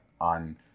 on